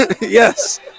Yes